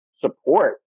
support